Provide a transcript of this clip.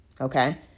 Okay